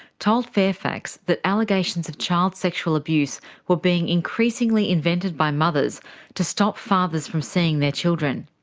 told fairfax that allegations of child sexual abuse were being increasingly invented by mothers to stop fathers from seeing their children.